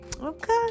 Okay